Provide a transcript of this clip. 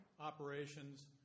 operations